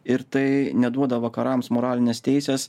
ir tai neduoda vakarams moralinės teisės